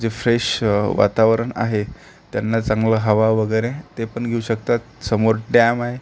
जे फ्रेश वातावरण आहे त्यांना चांगला हवा वगैरे ते पण घेऊ शकतात समोर डॅम आहे